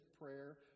prayer